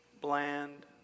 bland